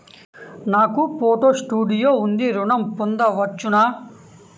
నాకు photo studio ఉంది ఋణం పొంద వచ్చునా?